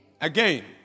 again